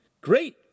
Great